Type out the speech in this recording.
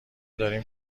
داریم